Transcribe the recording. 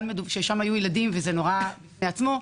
ששם היו ילדים וזה נורא בפני עצמו,